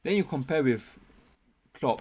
then you compare with klopp